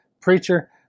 Preacher